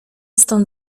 stąd